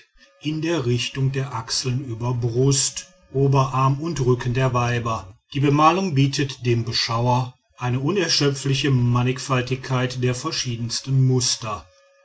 in der richtung der achseln über brust oberarm und rücken der weiber die bemalung bietet dem beschauer eine unerschöpfliche mannigfaltigkeit der verschiedensten muster